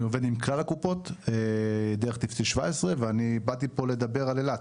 אני עובד עם כלל הקופות דרך טפסי 17 ובאתי לפה לדבר על אילת.